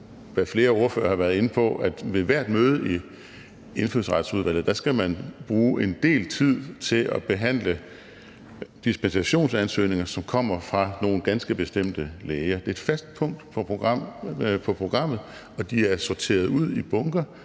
hvad flere ordførere har været inde på, at ved hvert møde i Indfødsretsudvalget skal man bruge en del tid på at behandle dispensationsansøgninger, som kommer fra nogle ganske bestemte læger – det er et fast punkt på programmet; ansøgninger